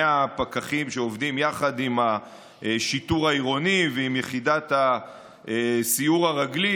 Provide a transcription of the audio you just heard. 100 פקחים שעובדים יחד עם השיטור העירוני ועם יחידת הסיור הרגלי.